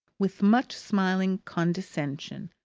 with much smiling condescension,